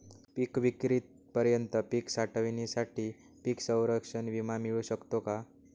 पिकविक्रीपर्यंत पीक साठवणीसाठी पीक संरक्षण विमा मिळू शकतो का?